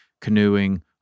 canoeing